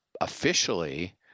officially